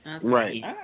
right